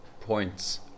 points